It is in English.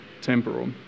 temporal